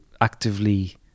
actively